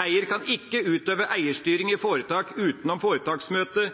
Eier kan ikke utøve eierstyring i foretak utenom foretaksmøte.»